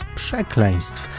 przekleństw